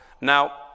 Now